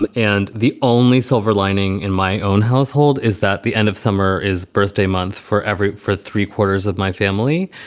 and and the only silver lining in my own household is that the end of summer is birthday month forever for three quarters of my family.